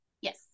Yes